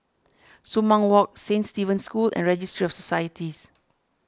Sumang Walk Saint Stephen's School and Registry of Societies